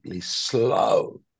slow